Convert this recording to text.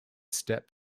step